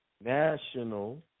National